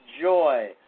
joy